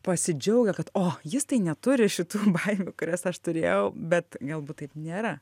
pasidžiaugia kad o jis tai neturi šitų baimių kurias aš turėjau bet galbūt taip nėra